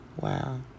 Wow